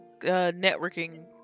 networking